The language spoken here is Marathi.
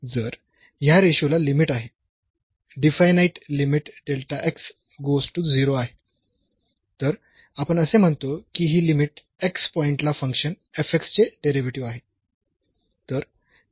जर ह्या रेशो ला लिमिट आहे डिफायनाइट लिमिट आहे तर आपण असे म्हणतो की ही लिमिट x पॉईंट ला फंक्शन चे डेरिव्हेटिव्ह आहे